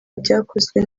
byakozwe